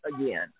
again